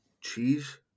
cheese